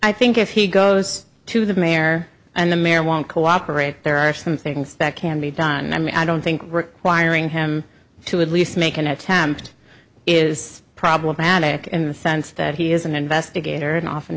i think if he goes to the mayor and the mayor won't cooperate there are some things that can be done i mean i don't think we're wiring him to at least make an attempt is problematic in the sense that he is an investigator and often